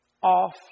off